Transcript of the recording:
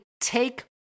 take